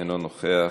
אינו נוכח,